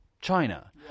China